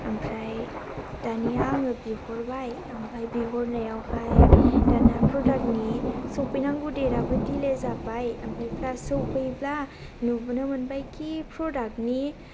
ओमफ्राय दानिया आङो बिहरबाय ओमफ्राय बिहरनायावहाय दानिया प्रडाक्ट नि सफैनांगौ डेट याबो डिले जाबाय ओमफ्राय प्लास सफैब्ला नुनो मोनबायखि प्रडाक्ट नि